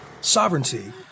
sovereignty